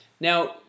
Now